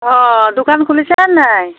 অঁ দোকান খুলিছে নাই